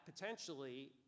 potentially